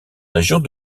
régions